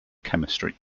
chemistry